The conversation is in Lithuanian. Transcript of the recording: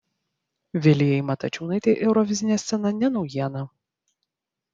vilijai matačiūnaitei eurovizinė scena ne naujiena